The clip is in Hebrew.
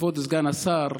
כבוד סגן השר,